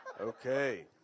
Okay